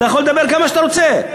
אתה יכול לדבר כמה שאתה רוצה.